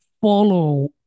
follow